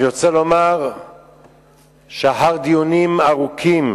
אני רוצה לומר שאחר דיונים ארוכים,